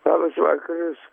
labas vakaras